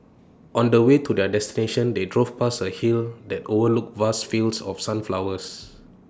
on the way to their destination they drove past A hill that overlooked vast fields of sunflowers